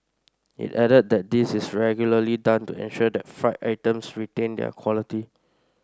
it added that this is regularly done to ensure that fried items retain their quality